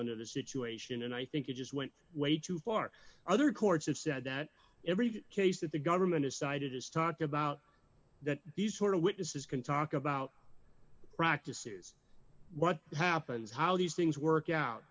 under the situation and i think it just went way too far other courts have said that every case that the government has cited has talked about that these sort of witnesses can talk about practices what happens how these things work out